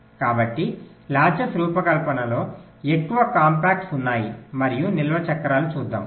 కాబట్టి లాచెస్ రూపకల్పనలో ఎక్కువ కాంపాక్ట్స్ ఉన్నాయి మరియు నిల్వ చక్రాలు చూద్దాం